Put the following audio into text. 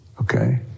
Okay